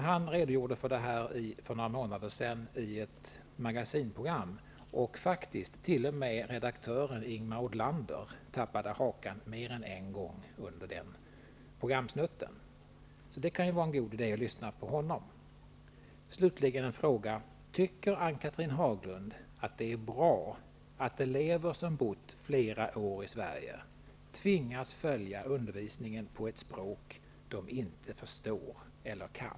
Han redogjorde för detta för några månader sedan i ett magasinsprogram, och t.o.m. redaktören Ingemar Odlander tappade hakan mer än en gång under den programsnutten. Det kan vara en god idé att lyssna på honom. Slutligen en fråga: Tycker Ann-Cathrine Haglund att det är bra att elever som har bott flera år i Sverige tvingas följa undervisningen på ett språk som de inte förstår eller kan?